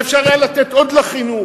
והיה אפשר לתת עוד לחינוך,